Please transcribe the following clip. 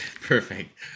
Perfect